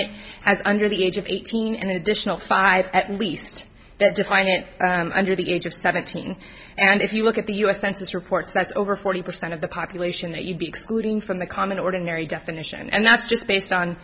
it as under the age of eighteen an additional five at least that defined it under the age of seventeen and if you look at the u s census reports that's over forty percent of the population that you'd be excluding from the common ordinary definition and that's just based on